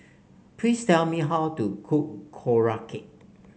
please tell me how to cook Korokke